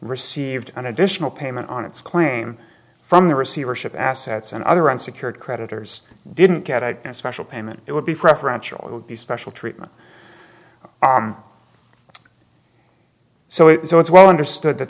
received an additional payment on its claim from the receivership assets and other unsecured creditors didn't get a special payment it would be preferential would be special treatment so it's well understood that